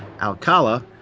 Alcala